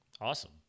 Awesome